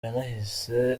yanahise